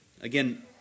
Again